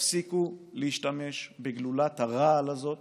תפסיקו להשתמש בגלולת הרעל הזאת